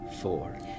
Four